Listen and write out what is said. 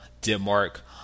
Denmark